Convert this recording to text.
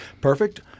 perfect